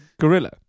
gorilla